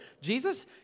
jesus